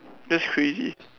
that's crazy